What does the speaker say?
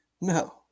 No